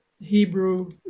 Hebrew